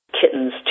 kittens